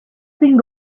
thing